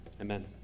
Amen